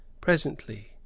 Presently